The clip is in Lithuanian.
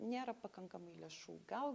nėra pakankamai lėšų gal